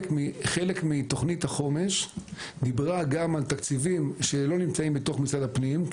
חלק מתוכנית החומש דיבר גם על תקציבים שלא נמצאים בתוך משרד הפנים,